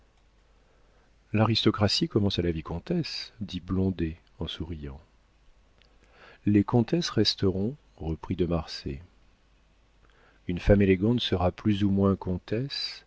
l'aristocratie commence à la vicomtesse dit blondet en souriant les comtesses resteront reprit de marsay une femme élégante sera plus ou moins comtesse